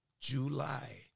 July